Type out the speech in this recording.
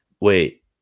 Wait